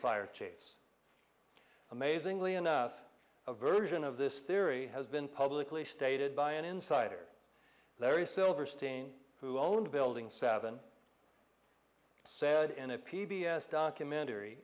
fire chiefs amazingly enough a version of this theory has been publicly stated by an insider larry silverstein who owned a building seven said in a p b s documentary